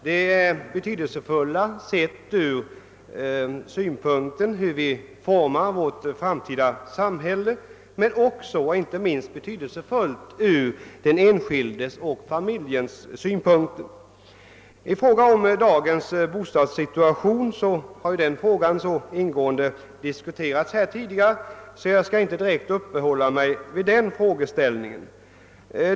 De är betydelsefulla sedda ur den synpunkten, hur vi formar vårt framtida samhälle, men också — och inte minst — ur den enskildes och familjens synpunkt. Dagens bostadssituation har så ingående diskuterats här tidigare, att jag inte direkt skall uppehålla mig vid denna frågeställning.